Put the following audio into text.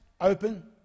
Open